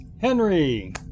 Henry